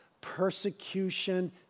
persecution